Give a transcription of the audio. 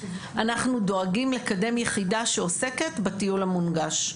אנחנו דואגים לקדם יחידה שעוסקת בטיול המונגש,